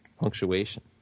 punctuation